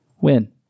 Win